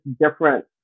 different